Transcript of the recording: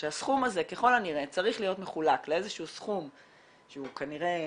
הסכום הזה צריך להיות מחולק לאיזשהו סכום שהוא כנראה